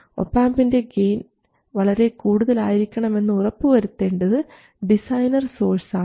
ഒപാംപിൻറെ ഗെയിൻ വളരെ കൂടുതലായിരിക്കണമെന്ന് ഉറപ്പുവരുത്തേണ്ടത് ഡിസൈനർ സോഴ്സാണ്